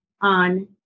on